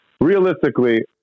realistically